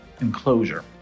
enclosure